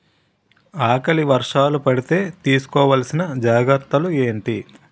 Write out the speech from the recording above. ఆకలి వర్షాలు పడితే తీస్కో వలసిన జాగ్రత్తలు ఏంటి?